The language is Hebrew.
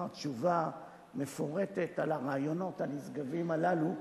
תשובה מפורטת על הרעיונות הנשגבים הללו,